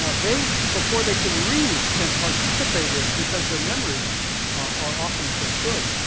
ah they before they can read can participate in, because their memories are often so good.